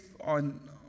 on